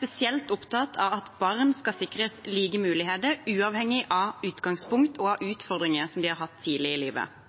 spesielt opptatt av at barn skal sikres like muligheter uavhengig av utgangspunkt og av utfordringer som de har hatt tidlig i livet.